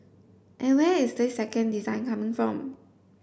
and where is this second design coming from